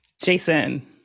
Jason